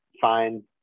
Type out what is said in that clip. fine